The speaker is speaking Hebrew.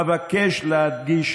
אבקש להדגיש